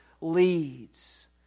leads